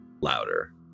louder